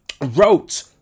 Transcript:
wrote